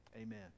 amen